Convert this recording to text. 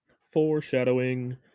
Foreshadowing